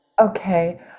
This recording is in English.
Okay